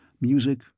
Music